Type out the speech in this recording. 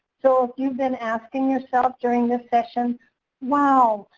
so if you've been asking yourself during this session wow,